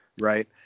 right